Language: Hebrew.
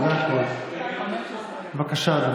בבקשה.